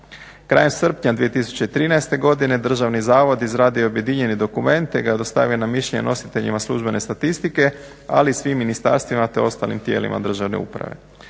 Krajem srpnja 2013. godine Državni zavod izradio je objedinjeni dokument te ga dostavio na mišljenje nositeljima službene statistike, ali i svim ministarstvima te ostalim tijelima državne uprave.